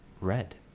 Red